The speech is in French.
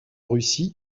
russie